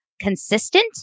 consistent